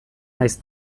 naiz